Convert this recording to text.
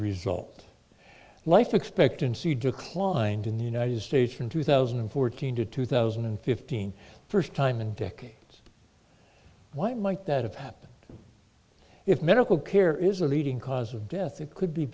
result life expectancy declined in the united states from two thousand and fourteen to two thousand and fifteen first time in decades why might that happen if medical care is a leading cause of death it could be